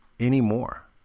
Anymore